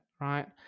right